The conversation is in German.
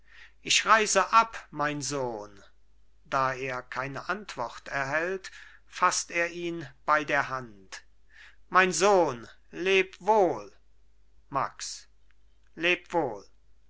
ich reise ab mein sohn da er keine antwort erhält faßt er ihn bei der hand mein sohn leb wohl max leb wohl